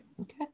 Okay